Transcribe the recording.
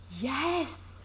yes